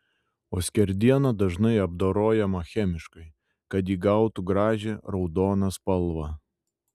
o skerdiena dažnai apdorojama chemiškai kad įgautų gražią raudoną spalvą